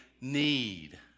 need